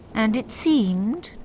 and it seemed,